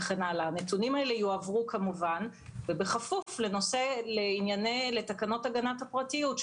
הנתונים הללו יועברו כמובן בכפוף לתקנות הגנת הפרטיות,